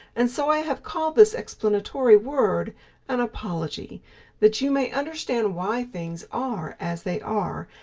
and so i have called this explanatory word an apology that you may understand why things are as they are,